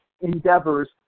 endeavors